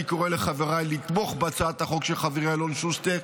אני קורא לחבריי לתמוך בהצעת החוק של חברי אלון שוסטר,